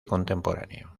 contemporáneo